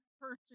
person